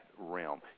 realm